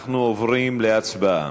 אנחנו עוברים להצבעה.